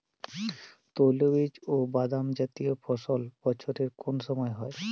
তৈলবীজ ও বাদামজাতীয় ফসল বছরের কোন সময় হয়?